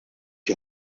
die